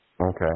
Okay